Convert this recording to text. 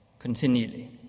continually